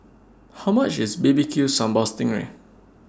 How much IS B B Q Sambal Sting Ray